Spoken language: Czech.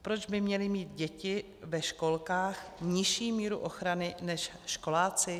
Proč by měly mít děti ve školkách nižší míru ochranu než školáci?